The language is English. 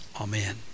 Amen